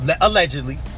allegedly